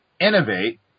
innovate